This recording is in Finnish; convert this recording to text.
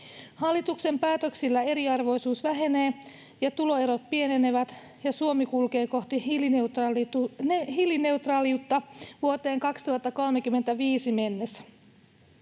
Hallituksen päätöksillä eriarvoisuus vähenee ja tuloerot pienenevät ja Suomi kulkee kohti hiilineutraaliutta vuoteen 2035 mennessä.